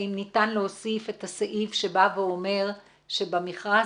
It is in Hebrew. האם ניתן להוסיף את הסעיף שבא ואומר שבמכרז